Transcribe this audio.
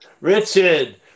Richard